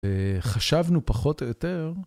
וחשבנו פחות או יותר.